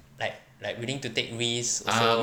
like like willing to take risk also